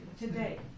today